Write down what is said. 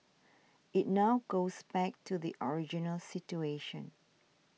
it now goes back to the original situation